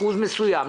אחוז מסוים.